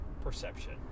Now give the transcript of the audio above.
perception